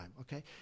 okay